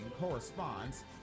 corresponds